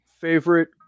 favorite